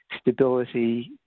stability